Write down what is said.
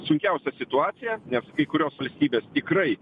sunkiausia situacija nes kai kurios valstybės tikrai